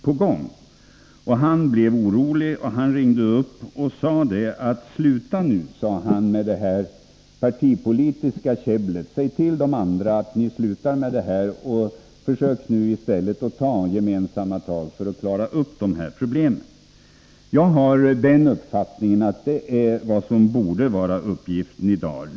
Skogsägaren blev orolig, ringde upp departementet och sade: Sluta nu med det partipolitiska käbblet! Säg till de andra att ni skall sluta med det och i stället försöka ta gemensamma tag för att klara av dessa problem. Jag har den uppfattningen att det är vad som borde vara uppgiften i dag.